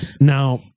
Now